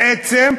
בעצם,